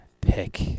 pick